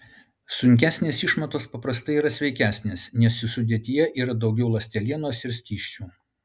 sunkesnės išmatos paprastai yra sveikesnės nes jų sudėtyje yra daugiau ląstelienos ir skysčių